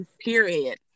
Period